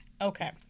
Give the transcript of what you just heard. Okay